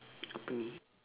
apa ini